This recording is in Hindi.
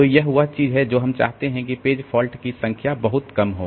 तो यह वह चीज है जो हम चाहते हैं कि पेज फॉल्ट की संख्या बहुत कम हो